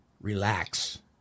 relax